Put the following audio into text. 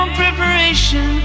preparation